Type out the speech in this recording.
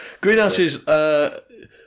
Greenhouses